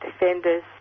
defenders